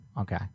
Okay